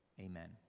amen